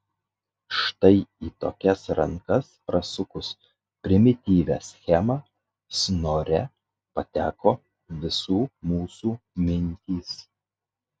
štai į tokias rankas prasukus primityvią schemą snore pateko visų mūsų mintys